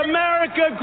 America